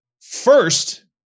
First